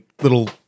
little